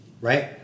Right